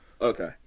Okay